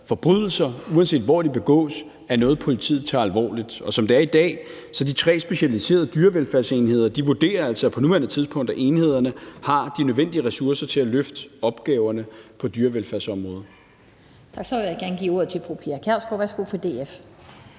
forbrydelser, uanset hvor de begås, er noget, politiet tager alvorligt. Og som det er i dag, vurderer de tre specialiserede dyrevelfærdsenheder altså på nuværende tidspunkt, at de har de nødvendige ressourcer til at løfte opgaverne på dyrevelfærdsområdet.